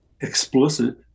explicit